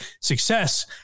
success